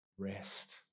Rest